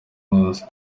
munsi